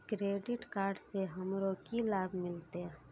Credit card से हमरो की लाभ मिलते?